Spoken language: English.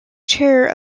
chair